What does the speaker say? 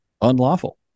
unlawful